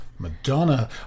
Madonna